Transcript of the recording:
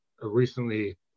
recently